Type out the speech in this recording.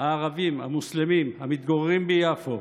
הערבים המוסלמים המתגוררים ביפו